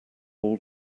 all